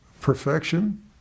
perfection